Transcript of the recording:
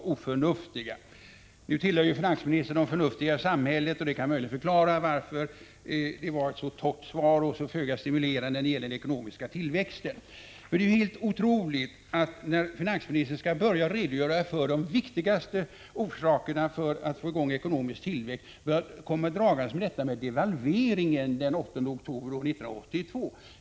om Agärderfi ora FR PSA är NE ä RS främja den ekono Nu tillhör finansministern de förnuftiga i samhället, och det kan möjligen z ggr miska tillväxten förklara varför svaret var så torrt och föga stimulerande när det gäller den ekonomiska tillväxten. När finansministern skall börja redogöra för de viktigaste orsakerna till ekonomisk tillväxt, kommer han helt otroligt dragandes med devalveringen den 8 oktober år 1982.